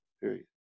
Period